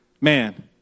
man